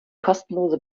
kostenlose